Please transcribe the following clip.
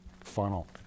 funnel